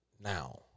now